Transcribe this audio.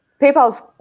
PayPal's